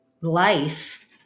life